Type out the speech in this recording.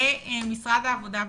למשרד העבודה והרווחה,